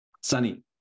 sunny